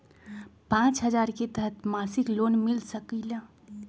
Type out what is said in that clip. पाँच हजार के तहत मासिक लोन मिल सकील?